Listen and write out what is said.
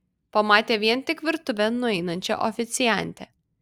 pamatė vien tik virtuvėn nueinančią oficiantę